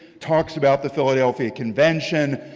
talks about the philadelphia convention,